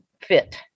fit